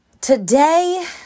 today